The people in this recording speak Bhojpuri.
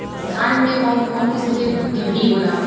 धान में कउन कउन किस्म के डिभी होला?